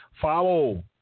Follow